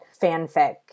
fanfic